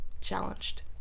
challenged